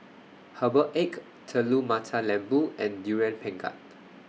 Herbal Egg Telur Mata Lembu and Durian Pengat